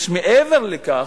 מעבר לכך,